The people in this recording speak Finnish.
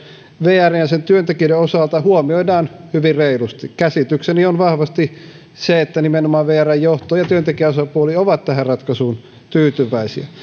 vrn ja sen työntekijöiden osalta huomioidaan hyvin reilusti käsitykseni on vahvasti se että nimenomaan vrn johto ja työntekijäosapuoli ovat tähän ratkaisuun tyytyväisiä